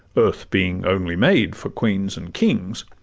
earth being only made for queens and kings.